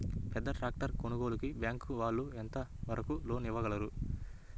పెద్ద ట్రాక్టర్ కొనుగోలుకి బ్యాంకు వాళ్ళు ఎంత వరకు లోన్ ఇవ్వగలరు?